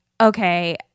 okay